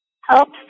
helps